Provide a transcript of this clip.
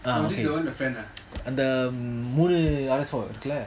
அந்த மூணு அரசோ இருக்குல்ல:antha moonu araso irukula